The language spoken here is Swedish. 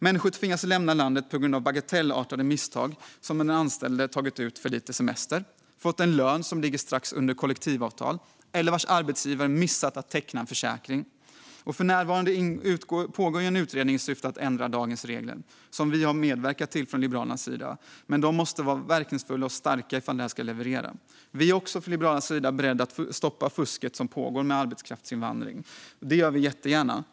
Människor tvingas lämna landet på grund av bagatellartade misstag som att den anställde tagit ut för lite semester eller fått en lön som ligger strax under kollektivavtal eller att arbetsgivaren missat att teckna en försäkring. För närvarande pågår en utredning i syfte att ändra dagens regler, vilket vi har medverkat till från Liberalernas sida, för reglerna måste vara verkningsfulla och starka. Vi är också från Liberalernas sida beredda att stoppa fusket som pågår med arbetskraftsinvandring. Det gör vi jättegärna.